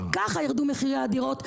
ככה ירדו מחירי הדירות,